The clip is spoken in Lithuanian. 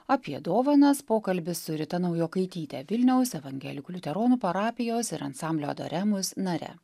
apie dovanas pokalbis su rita naujokaitytė vilniaus evangelikų liuteronų parapijos ir ansamblio adoremus nare